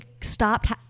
stopped